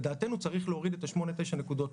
שינוי התנהגות,